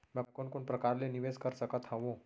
मैं कोन कोन प्रकार ले निवेश कर सकत हओं?